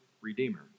Redeemer